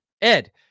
Ed